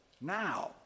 now